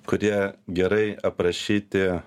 kurie gerai aprašyti